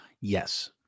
yes